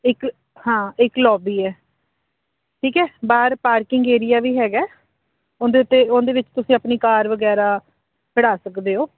ਇੱਕ ਹਾਂ ਇੱਕ ਲੋਬੀ ਹੈ ਠੀਕ ਹੈ ਬਾਹਰ ਪਾਰਕਿੰਗ ਏਰੀਆ ਵੀ ਹੈਗਾ ਉੇੇਹਦੇ ਉੱਤੇ ਉਹਦੇ ਵਿੱਚ ਤੁਸੀਂ ਆਪਣੀ ਕਾਰ ਵਗੈਰਾ ਖੜ੍ਹਾ ਸਕਦੇ ਹੋ